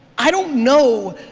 i don't know,